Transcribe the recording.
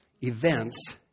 events